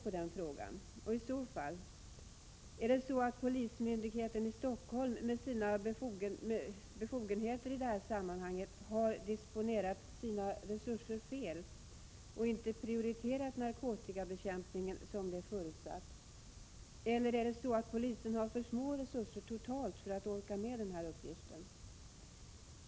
I så fall vill jag fråga: Har polismyndigheten i Stockholm, med sin befogenhet i det här sammanhanget, disponerat sina resurser fel och inte prioriterat narkotikabekämpningen som det är förutsatt, eller har polisen för små resurser totalt för att orka med den här uppgiften?